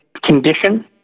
condition